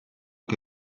che